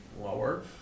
lower